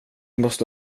måste